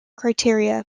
criteria